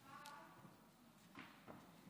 ארבע דקות לרשותך.